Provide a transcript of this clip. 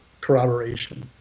corroboration